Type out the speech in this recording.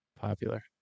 popular